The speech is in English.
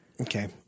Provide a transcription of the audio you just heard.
okay